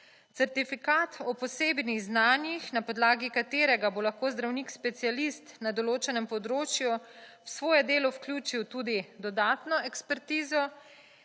certifikat o posebnih znanjih, na podlagi katerega bo lahko zdravnik specialist na določenem področju v svoje delo vključil tudi dodatno ekspertizo